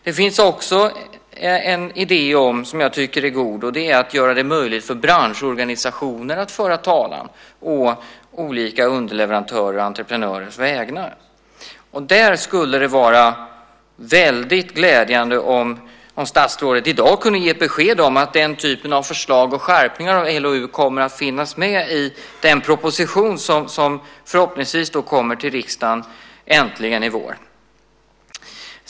Det finns också en idé, som jag tycker är god, om att göra det möjligt för branschorganisationer att föra talan å olika underleverantörers och entreprenörers vägnar. Där skulle det vara väldigt glädjande om statsrådet i dag kunde ge ett besked om att den typen av förslag och skärpningar när det gäller LOU kommer att finnas med i den proposition som förhoppningsvis äntligen kommer till riksdagen i vår.